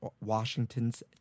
Washington's